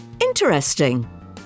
interesting